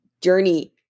journey